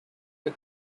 the